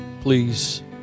Please